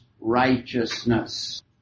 righteousness